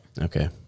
okay